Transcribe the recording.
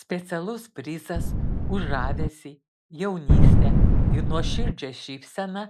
specialus prizas už žavesį jaunystę ir nuoširdžią šypseną